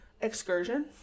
excursion